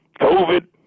COVID